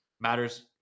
matters